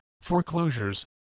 foreclosures